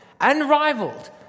Unrivaled